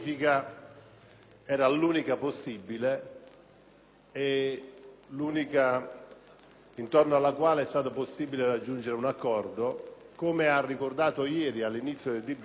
e l'unica intorno alla quale è stato possibile raggiungere un accordo. Lo ha ricordato ieri all'inizio del dibattito il senatore Ceccanti,